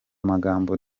magambo